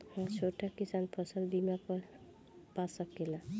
हा छोटा किसान फसल बीमा पा सकेला?